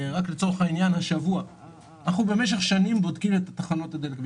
אנחנו במשך שנים בודקים את תחנות הדלק בישראל.